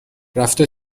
رفته